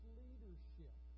leadership